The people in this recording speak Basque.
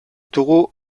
dugu